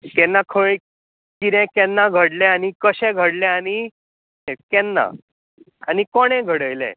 केन्ना खंय किरें केन्ना घडलें आनी कशें घडलें आनी केन्ना आनी कोणें घडयलें